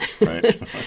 Right